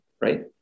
right